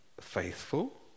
faithful